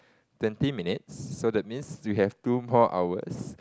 twenty minutes so that means we have two more hours